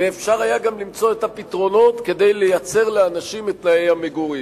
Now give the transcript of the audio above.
ואפשר היה גם למצוא את הפתרונות כדי לייצר לאנשים את תנאי המגורים.